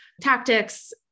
tactics